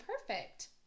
perfect